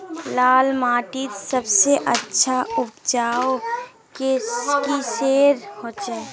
लाल माटित सबसे अच्छा उपजाऊ किसेर होचए?